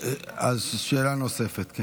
שאלה נוספת.